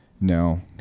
No